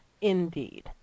Indeed